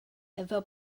efo